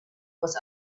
was